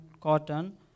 cotton